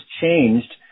changed